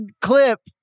clip